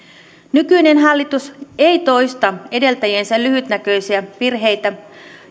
nykyinen hallitus ei toista edeltäjiensä lyhytnäköisiä virheitä